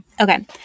Okay